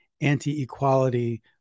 anti-equality